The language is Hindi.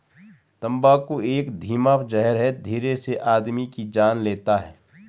तम्बाकू एक धीमा जहर है धीरे से आदमी की जान लेता है